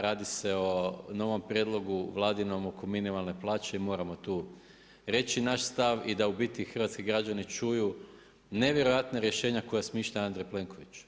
Radi se o novom Prijedlogu Vladinom, oko minimalne plaće i moramo tu reći naš stav i da u biti hrvatski građani čuju nevjerojatna rješenja koja smišlja Andrej Plenković.